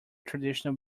traditional